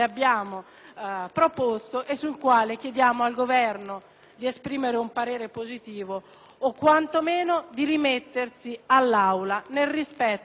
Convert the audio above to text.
o, quantomeno, di rimettersi all'Aula nel rispetto di un Parlamento che potrebbe colmare quel vuoto legislativo